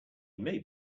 may